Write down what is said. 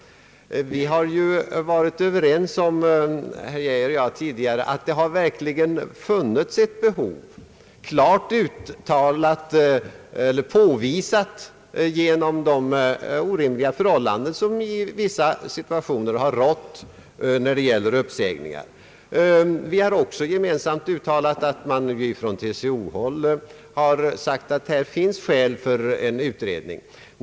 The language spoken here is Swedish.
Herr Geijer och jag har tidigare varit överens om att det verkligen funnits ett behov, klart ådagalagt genom de orimliga förhållanden som i vissa situationer rått beträffande uppsägningar. Vi har också gemensamt noterat att man från TCO-håll sagt att det finns skäl för en utredning.